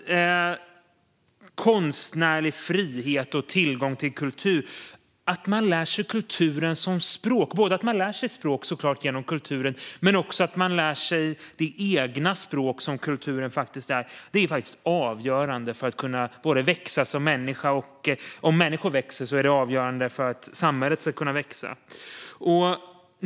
När det handlar om konstnärlig frihet och tillgång till kultur är det faktiskt avgörande att man lär sig kulturen som språk - både såklart att man lär sig språk genom kulturen och att man lär sig det egna språk som kulturen faktiskt är - för att kunna växa som människa. Och att människor växer är avgörande för att samhället ska kunna växa.